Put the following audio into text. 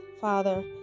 father